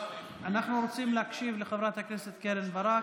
אנחנו רוצים להקשיב לחברת הכנסת קרן ברק,